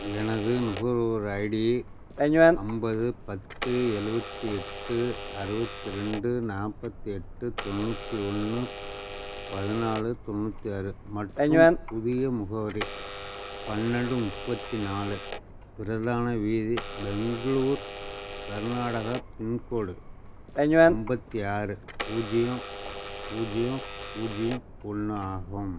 எனது நுகர்வோர் ஐடி ஐம்பது பத்து எழுவத்தி எட்டு அறுபத்து ரெண்டு நாற்பத்தி எட்டு தொண்ணூற்றி ஒன்று பதினாலு தொண்ணூற்றி ஆறு மற்றும் புதிய முகவரி பன்னெண்டு முப்பத்தி நாலு பிரதான வீதி பெங்களூர் கர்நாடகா பின்கோடு ஐம்பத்தி ஆறு பூஜ்ஜியம் பூஜ்ஜியம் பூஜ்ஜியம் ஒன்று ஆகும்